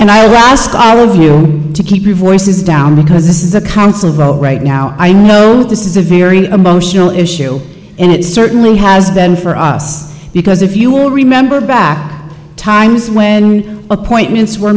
and i ask all of you to keep your voices down because this is a constant vote right now i know this is a very emotional issue and it certainly has been for us because if you will remember back times when appointments were